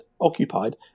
occupied